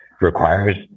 requires